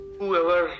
Whoever